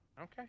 Okay